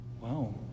wow